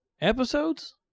Episodes